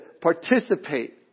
participate